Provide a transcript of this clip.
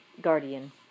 guardian